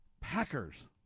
packers